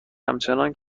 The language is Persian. همچنان